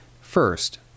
First